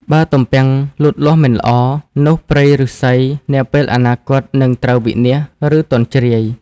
បើទំពាំងលូតលាស់មិនល្អ នោះព្រៃឫស្សីនាពេលអនាគតនឹងត្រូវវិនាស ឬទន់ជ្រាយ។